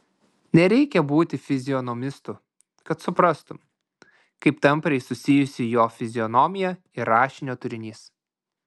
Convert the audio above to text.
nereikia būti fizionomistu kad suprastum kaip tampriai susijusi jo fizionomija ir rašinio turinys